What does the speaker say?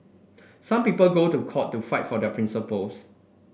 some people go to court to fight for their principles